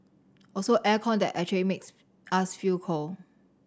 also air con that actually makes us feel cold